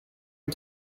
and